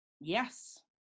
Yes